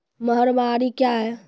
महलबाडी क्या हैं?